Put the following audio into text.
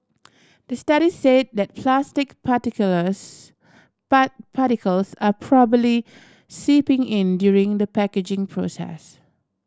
the study say that plastic particulars particles are probably seeping in during the packaging process